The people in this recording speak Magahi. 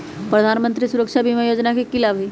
प्रधानमंत्री सुरक्षा बीमा योजना के की लाभ हई?